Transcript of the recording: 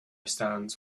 stands